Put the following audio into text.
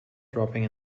dropping